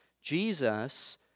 Jesus